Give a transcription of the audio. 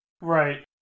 Right